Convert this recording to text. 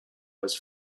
was